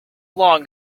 long